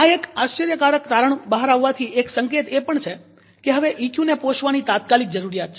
આ એક આશ્ચર્યકારક તારણ બહાર આવવાથી એક સંકેત એ પણ છે કે હવે ઈક્યુને પોષવાની તાત્કાલિક જરૂરીયાત છે